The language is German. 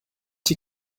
die